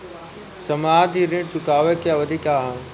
सावधि ऋण चुकावे के अवधि का ह?